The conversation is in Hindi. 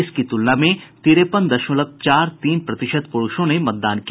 इसकी तुलना में तिरेपन दशमलव चार तीन प्रतिशत पुरूषों ने मतदान किया